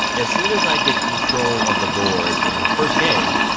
as soon as i get control of the board in the first game,